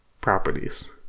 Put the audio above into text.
properties